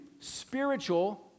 spiritual